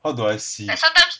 how do I see